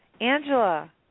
Angela